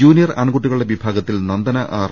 junior പെൺകുട്ടികളുടെ വിഭാഗത്തിൽ Nandana R